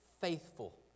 faithful